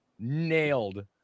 nailed